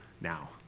now